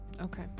okay